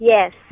Yes